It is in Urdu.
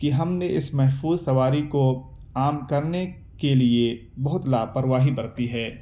کہ ہم نے اس محفوظ سواری کو عام کرنے کے لیے بہت لاپرواہی برتی ہے